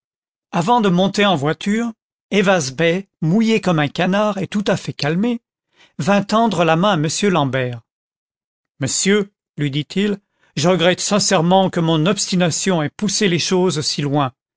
avant de monter en voiture ayvaz bey mouillé comme un canard et tout à fait calmé vint tendre la main à m l'ambert monsieur lui dit-il je regrette sincèrement que mon obstination ait poussé les choses si loin